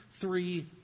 three